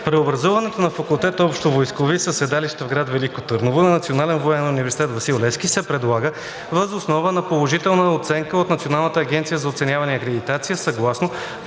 Преобразуването на факултета със седалище в град Велико Търново на Национален военен университет „Васил Левски“ се предлага въз основа на положителна оценка от Националната агенция за оценяване и акредитация, съгласно